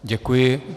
Děkuji.